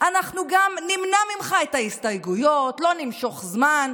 אנחנו גם נמנע ממך את ההסתייגויות, לא נמשוך זמן,